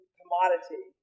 commodity